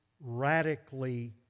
radically